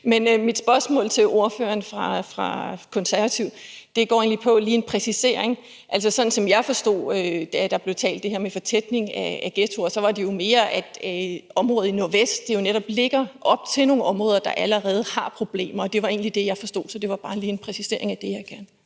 Men mit spørgsmål til ordføreren fra De Konservative går egentlig på en præcisering. Sådan som jeg forstod det, der blev talt om, altså det her med fortætning af ghettoer, så var det jo mere området i Nordvest, der netop ligger op til nogle områder, der allerede har problemer. Det var egentlig det, jeg forstod, så det var bare lige en præcisering af det, jeg kunne